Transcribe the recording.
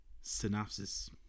synopsis